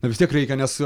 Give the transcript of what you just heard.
na vis tiek reikia nes